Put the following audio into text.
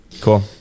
Cool